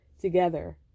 together